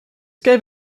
gave